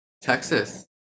Texas